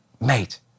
mate